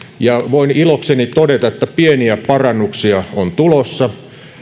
voin ilokseni todeta että pieniä parannuksia on tulossa